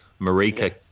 Marika